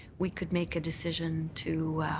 we could make a decision to